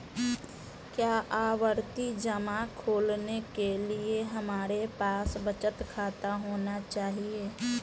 क्या आवर्ती जमा खोलने के लिए हमारे पास बचत खाता होना चाहिए?